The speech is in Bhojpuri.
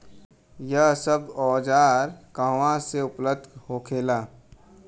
यह सब औजार कहवा से उपलब्ध होखेला?